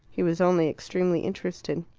he was only extremely interested.